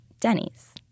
Denny's